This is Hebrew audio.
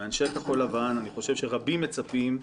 מאנשי כחול לבן, אני חושב שרבים מצפים,